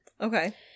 Okay